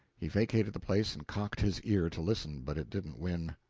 he vacated the place and cocked his ear to listen but it didn't win.